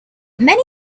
many